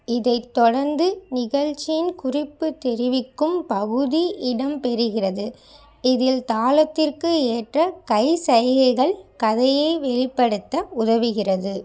இதைத் தொடர்ந்து நிகழ்ச்சியின் குறிப்புத்தெரிவிக்கும் பகுதி இடம்பெறுகிறது இதில் தாளத்திற்கு ஏற்ற கை சைகைகள் கதையை வெளிப்படுத்த உதவுகிறது